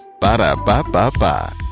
Ba-da-ba-ba-ba